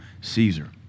Caesar